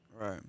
Right